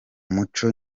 muco